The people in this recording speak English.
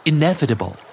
Inevitable